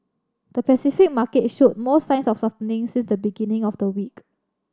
the Pacific market showed more signs of softening since the beginning of the week